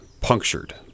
punctured